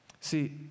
See